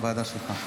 הוועדה שלך.